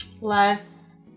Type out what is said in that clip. less